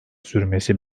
sürmesi